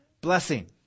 blessing